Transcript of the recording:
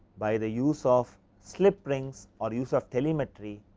by the use of slip rings or use of telemetry,